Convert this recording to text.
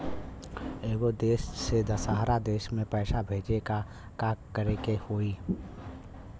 एगो देश से दशहरा देश मे पैसा भेजे ला का करेके होई?